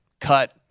Cut